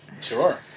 Sure